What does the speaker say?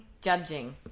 judging